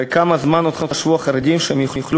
הרי כמה זמן עוד חשבו החרדים שהם יוכלו